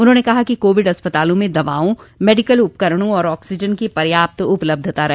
उन्होंने कहा कि कोविड अस्पतालों में दवाओं मेडिकल उपकरणों तथा आक्सीजन की पर्याप्त उपलब्धता रहे